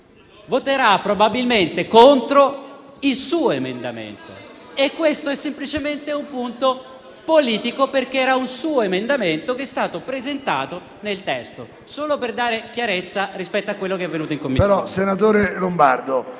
voterà probabilmente contro il suo stesso emendamento. Questo è semplicemente un punto politico, perché era un suo emendamento che è stato presentato nel testo. È solo per dare chiarezza rispetto a quello che è avvenuto in Commissione.